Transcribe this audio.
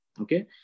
Okay